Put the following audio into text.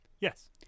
Yes